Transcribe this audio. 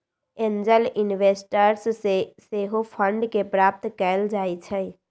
angel investors से सेहो fund के प्राप्त कएल जाइ छइ